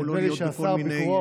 או לא להיות בכל מיני נדמה לי שביקורו